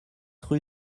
rue